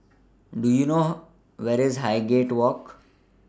Do YOU know Where IS Highgate Walk